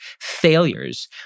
failures